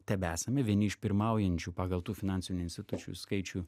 tebesame vieni iš pirmaujančių pagal tų finansinių institucijų skaičių